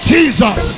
Jesus